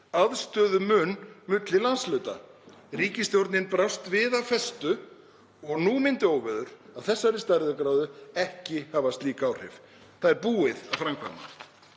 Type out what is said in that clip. aðstöðumun milli landshluta. Ríkisstjórnin brást við af festu og nú myndu óveður af þessari stærðargráðu ekki hafa slík áhrif. Það er búið að framkvæma.